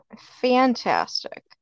fantastic